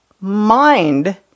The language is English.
mind